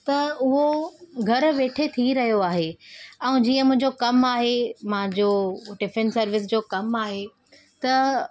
त उहो घरु वेठे थी रहियो आहे ऐं जीअं मुंहिंजो कमु आहे मुंहिंजो टिफिन सर्विस जो कमु आहे त